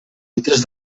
litres